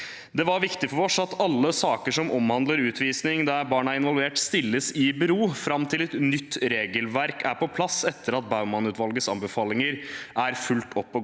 Det var viktig for oss at alle saker som omhandler utvisning der barn er involvert, stilles i bero fram til et nytt regelverk er på plass, etter at Baumann-utvalgets anbefalinger er fulgt opp og gått